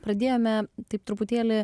pradėjome taip truputėlį